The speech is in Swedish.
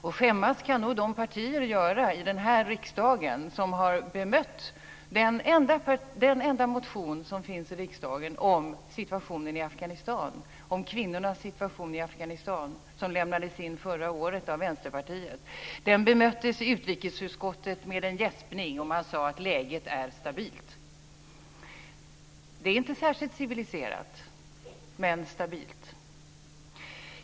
Och skämmas kan nog de partier göra i den här riksdagen som har bemött den enda motion som finns om situationen i Afghanistan och om kvinnornas situation i Afghanistan. Den lämnades in förra året av Vänsterpartiet. Den bemöttes i utrikesutskottet med en gäspning, och man sade att läget är stabilt. Det är inte särskilt civiliserat, men stabilt.